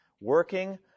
working